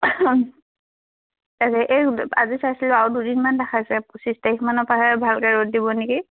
এই আজি চাইছিলোঁ আৰু দুদিনমান দেখাইছে পঁচিছ তাৰিখ মানৰ পৰাহে ভালকৈ ৰ'দ দিব নেকি